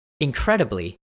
Incredibly